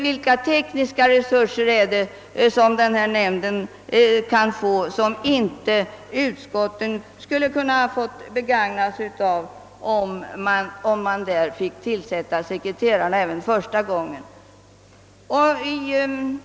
Vilka tekniska resurser har för övrigt denna nämnd utöver dem som utskotten skulle kunna begagna sig av, om de fick tillsätta sekreterarna även första gången?